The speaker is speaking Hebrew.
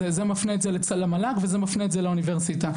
זה מפנה למל"ג וזה מפנה לאוניברסיטה.